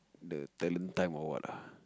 the talent time or what ah